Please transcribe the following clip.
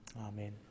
Amen